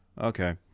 Okay